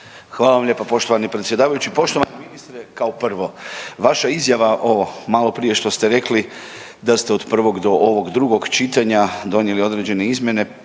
Hvala vam lijepa poštovani predsjedavajući. Poštovani ministre kao prvo vaša izjava o maloprije što ste rekli da ste od prvog do ovog drugog čitanja donijeli određene izmjene